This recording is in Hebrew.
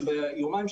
שביומיים,